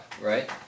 right